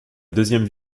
deuxième